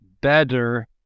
better